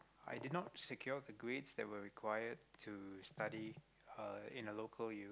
i did not secure the grades that were required to study uh in a local U